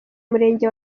umurenge